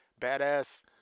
badass